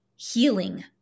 healing